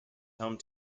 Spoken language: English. home